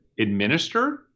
administered